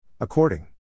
According